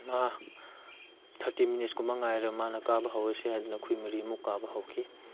ꯃꯥ thirty minutes ꯀꯨꯝꯕ ꯉꯥꯏꯔ ꯃꯥꯅ ꯀꯥꯕ ꯍꯧꯔꯁꯦ ꯍꯥꯏꯗꯨꯅ ꯑꯩꯈꯣꯏ ꯃꯔꯤ ꯑꯃꯨꯛ ꯀꯥꯕ ꯍꯧꯈꯤ